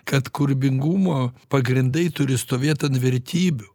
kad kūrybingumo pagrindai turi stovėt ant vertybių